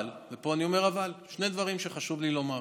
אבל, ופה אני אומר אבל, שני דברים חשוב לי לומר: